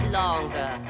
longer